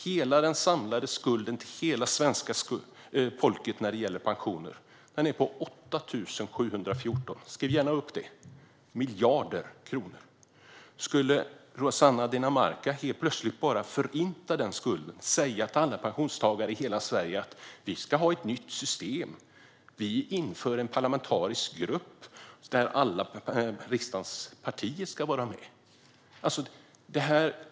Hela den samlade skulden till svenska folket när det gäller pensioner är på 8 714 miljarder kronor. Skriv gärna upp det! Skulle Rossana Dinamarca plötsligt bara förinta den skulden? Skulle hon säga till alla pensionstagare i Sverige att vi ska ha ett nytt system och att vi inför en parlamentarisk grupp där alla riksdagens partier ska vara med?